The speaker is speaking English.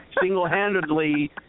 single-handedly